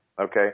okay